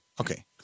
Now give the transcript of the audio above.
Okay